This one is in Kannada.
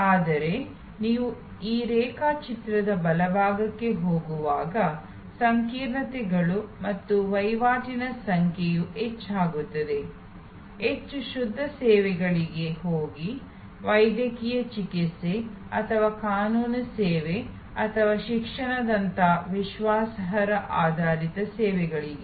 ಆದರೆ ನೀವು ಆ ರೇಖಾಚಿತ್ರದ ಬಲಭಾಗಕ್ಕೆ ಹೋಗುವಾಗ ಸಂಕೀರ್ಣತೆಗಳು ಮತ್ತು ವಹಿವಾಟಿನ ಸಂಖ್ಯೆಯು ಹೆಚ್ಚಾಗುತ್ತದೆ ಹೆಚ್ಚು ಶುದ್ಧ ಸೇವೆಗಳಿಗೆ ಹೋಗಿ ವೈದ್ಯಕೀಯ ಚಿಕಿತ್ಸೆ ಅಥವಾ ಕಾನೂನು ಸೇವೆ ಅಥವಾ ಶಿಕ್ಷಣದಂತಹ ವಿಶ್ವಾಸಾರ್ಹ ಆಧಾರಿತ ಸೇವೆಗಳಿಗೆ